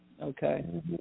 Okay